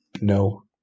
No